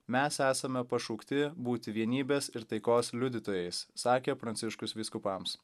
mes esame pašaukti būti vienybės ir taikos liudytojais sakė pranciškus vyskupams